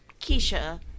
Keisha